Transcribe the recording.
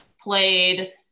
played